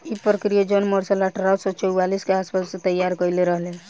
इ प्रक्रिया John Mercer अठारह सौ चौवालीस के आस पास तईयार कईले रहल